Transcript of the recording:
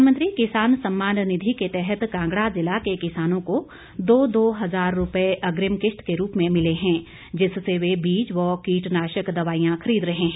प्रधानमंत्री किसान सम्मान निधि के तहत कांगड़ा जिला के किसानों को दो दो हजार रुपये अग्निम किश्त के रूप में मिले हैं जिससे वे बीज व कीटनाशक दवाईयां खरीद रहे हैं